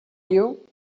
you